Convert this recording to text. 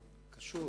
קשור.